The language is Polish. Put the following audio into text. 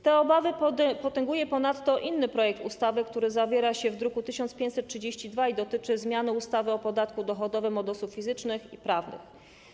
Te obawy potęguje ponadto inny projekt ustawy, który zawiera się w druku nr 1532 i który dotyczy zmiany ustawy o podatku dochodowym od osób fizycznych i prawnych.